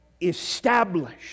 established